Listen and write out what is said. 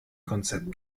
konzept